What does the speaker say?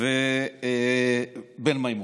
ובן מימון.